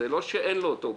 זה לא שאין לו אותו,